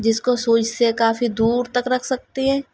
جس کو سوئچ سے کافی دور تک رکھ سکتے ہیں